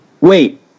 Wait